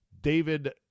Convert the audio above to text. David